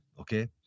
okay